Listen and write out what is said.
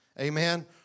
Amen